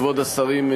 כבוד השרים,